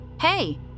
Hey